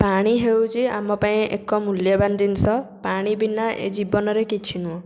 ପାଣି ହେଉଛି ଆମ ପାଇଁ ଏକ ମୂଲ୍ୟବାନ ଜିନିଷ ପାଣି ବିନା ଏ ଜୀବନରେ କିଛି ନୁହେଁ